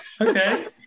Okay